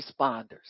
responders